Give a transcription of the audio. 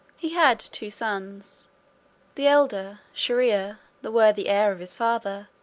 he had two sons the elder shier-ear, the worthy heir of his father,